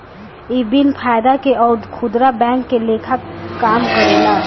इ बिन फायदा के अउर खुदरा बैंक के लेखा काम करेला